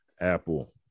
apple